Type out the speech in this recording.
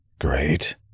Great